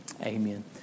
Amen